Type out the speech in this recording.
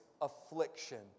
affliction